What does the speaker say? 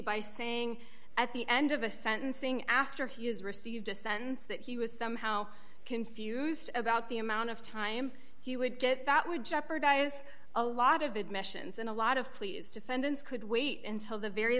by saying at the end of a sentencing after he has received a sense that he was somehow confused about the amount of time he would get that would jeopardize a lot of admissions and a lot of pleas defendants could wait until the very